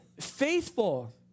faithful